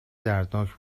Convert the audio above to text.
دردناک